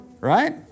Right